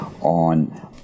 on